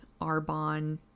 Arbonne